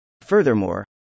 Furthermore